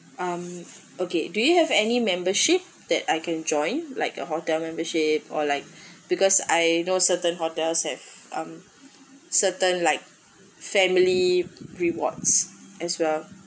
um okay do you have any membership that I can join like a hotel membership or like because I you know certain hotels have um certain like family rewards as well